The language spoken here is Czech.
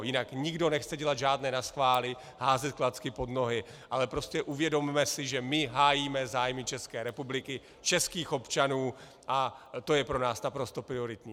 Jinak nikdo nechce dělat žádné naschvály, házet klacky pod nohy, ale prostě uvědomme si, že my hájíme zájmy České republiky, českých občanů, a to je pro nás naprosto prioritní.